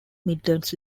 midlands